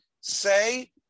Say